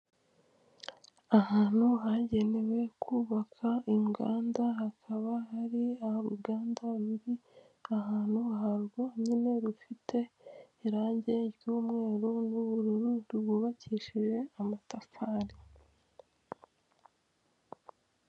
Ahantu hagenewe kubaka inganda hakaba hari uruganda ruri ahantu harwonyine rufite irangi ry'umweru n'ubururuwubakishije amatafari.